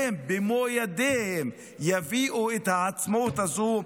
הם במו ידיהם יביאו את העצמאות הזו,